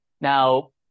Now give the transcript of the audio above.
Now